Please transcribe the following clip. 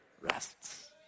rests